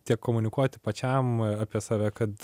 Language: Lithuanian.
tiek komunikuoti pačiam apie save kad